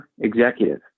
executive